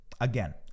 again